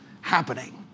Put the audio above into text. happening